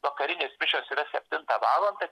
vakarinės mišios yra septintą valandą